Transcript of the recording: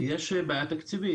יש בעיה תקציבית.